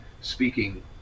speaking